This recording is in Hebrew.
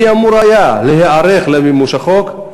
מי אמור היה להיערך למימוש החוק?